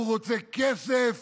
הוא רוצה כסף